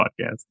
podcast